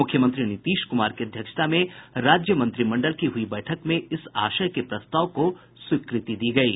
मुख्यमंत्री नीतीश कुमार की अध्यक्षता में राज्य मंत्रिमंडल की हुई बैठक में इस आशय के प्रस्ताव को स्वीकृति दी गयी